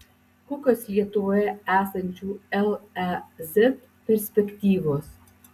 kokios lietuvoje esančių lez perspektyvos